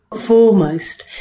Foremost